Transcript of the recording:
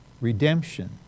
redemption